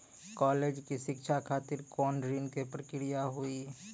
College के शिक्षा खातिर कौन ऋण के प्रक्रिया हुई?